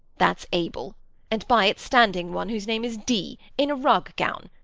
that's abel and by it standing one whose name is dee, in a rug gown,